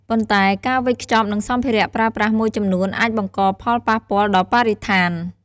ប៉ុន្តែការវេចខ្ចប់ និងសម្ភារៈប្រើប្រាស់មួយចំនួនអាចបង្កផលប៉ះពាល់ដល់បរិស្ថាន។